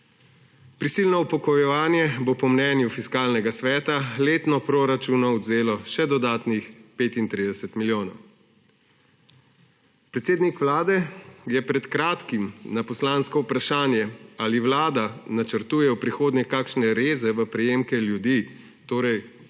Prisilno upokojevanje bo po mnenju Fiskalnega sveta letno proračunu odvzelo še dodatnih 35 milijonov. Predsednik Vlade je pred kratkim na poslansko vprašanje, ali Vlada načrtuje v prihodnje kakšne reze v prejemke ljudi, torej